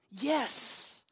Yes